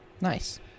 Nice